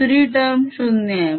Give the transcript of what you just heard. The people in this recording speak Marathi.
दुसरी टर्म 0 आहे